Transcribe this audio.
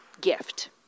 gift